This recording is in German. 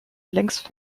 längst